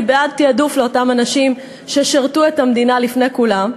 אני בעד תעדוף של אותם אנשים ששירתו את המדינה לפני כולם,